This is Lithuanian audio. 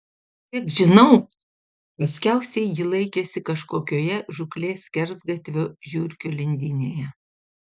kiek žinau paskiausiai ji laikėsi kažkokioje žūklės skersgatvio žiurkių lindynėje